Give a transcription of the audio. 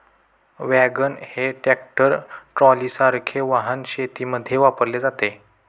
wagon हे tractor ट्रॉलीसारखे वाहन शेतीमध्ये वापरले जाते